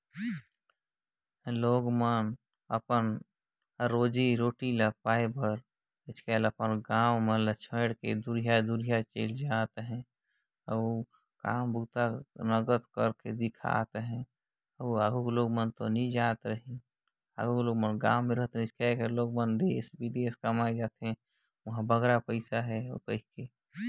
मइनसे मन कमाए खाए खातिर अपन गाँव गंवई ले दुरिहां कोनो सहर मन में जाए के काम बूता करत दिखत अहें